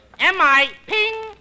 M-I-PING